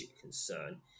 concern